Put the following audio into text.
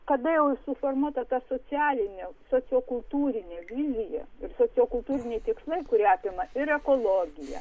kada jau suformuota ta socialinė sociokultūrinė linija ir sociokultūriniai tikslai kurie apima ir ekologiją